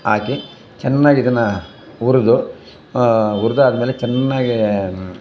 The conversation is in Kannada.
ಹಾಕಿ ಚೆನ್ನಾಗಿ ಇದನ್ನು ಹುರಿದು ಹುರಿದಾದ್ಮೇಲೆ ಚೆನ್ನಾಗಿ